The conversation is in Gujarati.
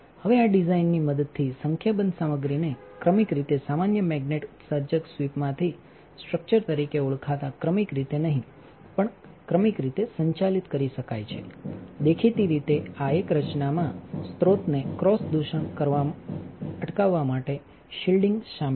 હવે આ ડિઝાઇનની મદદથી સંખ્યાબંધ સામગ્રીનેક્રમિક રીતે સામાન્ય મેગ્નેટ ઉત્સર્જક સ્વીપમાંથી સ્ટ્રક્ચર તરીકે ઓળખાતા ક્રમિક રીતે નહીં પણ ક્રમિકરીતે સંચાલિત કરી શકાય છેદેખીતી રીતે આ એક રચનામાં સ્રોતને ક્રોસ દૂષણ અટકાવવા માટે શિલ્ડિંગ શામેલ છે